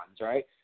right